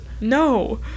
No